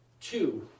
Two